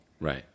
Right